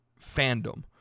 fandom